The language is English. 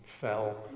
fell